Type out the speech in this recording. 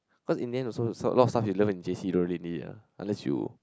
what is then you also learn lots of stuff you learn in J_C don't really ya unless you